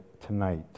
tonight